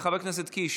חבר הכנסת קיש,